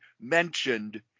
mentioned